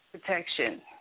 protection